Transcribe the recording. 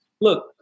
Look